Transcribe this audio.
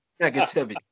Negativity